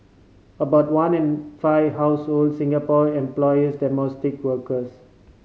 about one in five households Singapore employers domestic workers